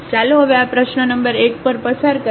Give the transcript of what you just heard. તેથી ચાલો હવે આ પ્રશ્નો નંબર 1 પર પસાર કરીએ